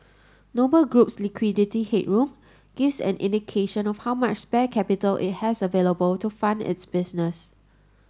Noble Group's liquidity headroom gives an indication of how much spare capital it has available to fund its business